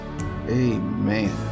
amen